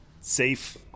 safe